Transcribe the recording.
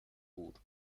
gut